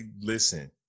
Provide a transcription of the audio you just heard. listen